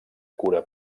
cura